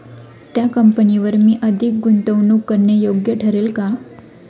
त्या कंपनीवर मी अधिक गुंतवणूक करणे योग्य ठरेल का?